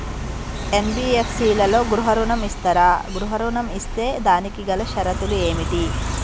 NBFC లలో గృహ ఋణం ఇస్తరా? గృహ ఋణం ఇస్తే దానికి గల షరతులు ఏమిటి?